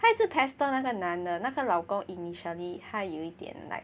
她一直 pester 那个男的那个老公 initially 他有一点 like